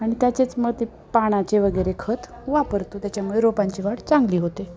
आणि त्याचेच मग ते पानाचे वगैरे खत वापरतो त्याच्यामुळे रोपांची वाढ चांगली होते